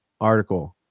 article